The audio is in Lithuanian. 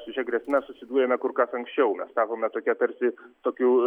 su šia grėsme susidūrėme kur kas anksčiau mes tapome tokie tarsi tokių